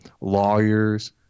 lawyers